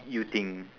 you think